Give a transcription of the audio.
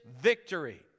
victory